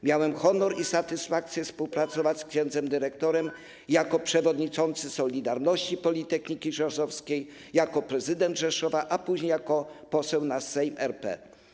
Miałem honor i satysfakcję współpracować z księdzem dyrektorem jako przewodniczący ˝Solidarności˝ Politechniki Rzeszowskiej, jako prezydent Rzeszowa, a później jako poseł na Sejm RP.